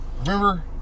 Remember